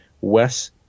Wes